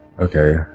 Okay